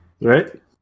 Right